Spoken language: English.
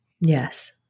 Yes